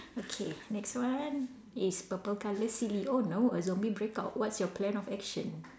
okay next one is purple colour silly oh no a zombie breakout what's your plan of action